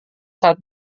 saat